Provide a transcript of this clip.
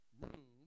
room